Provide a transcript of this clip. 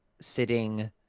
sitting